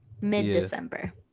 mid-december